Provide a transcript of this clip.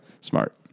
Smart